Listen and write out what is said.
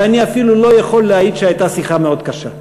ואני אפילו לא יכול להעיד שהייתה שיחה מאוד קשה.